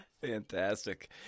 fantastic